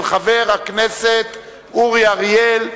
של חבר הכנסת אורי אריאל.